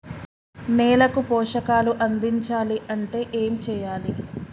నేలకు పోషకాలు అందించాలి అంటే ఏం చెయ్యాలి?